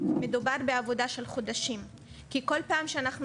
מדובר בעבודה של חודשים כי כול פעם שאנחנו